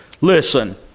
Listen